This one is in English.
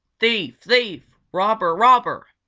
thief! thief! robber! robber!